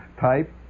type